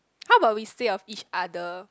how about we say of each other